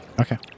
Okay